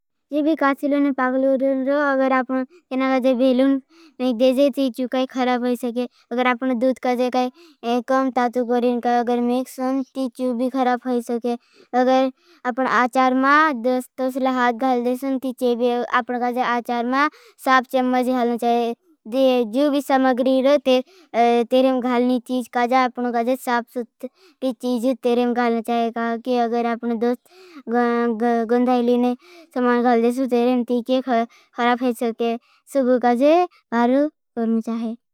जीवी कासीलों ने पाकलोरों रो अगर आपने आपने कासीलों ने देजे। ती चू काई खराब होई सके। अगर आपने दुध कासीलों काई एकम तातु करें। काई अगर मेखसों ती चू भी खराब होई सके। अगर आपने आचार में दुध कासीलों काई खराब होई सके। ती चू भी आपने आचार में साप चमज खालना चाहें। जीवी समगरी रो तेरें खालनी चीज काई। आपने साप सुत्री चीज तेरें खालना चाहें। गंध आई ली तम्हारे गैल से चेतिके कहरब होई स्के सबु गाजे हर।